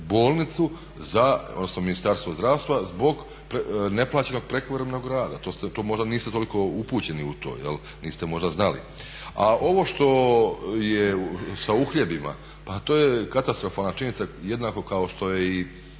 bolnicu za, odnosno Ministarstva zdravstva zbog neplaćenog prekovremenog rada. To možda niste toliko upućeni u to, niste možda znali. Ali ovo što je sa uhljebima, pa to je katastrofalna činjenica jednako kao što je i